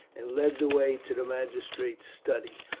and led the way to the magistrate's study.